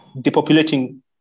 depopulating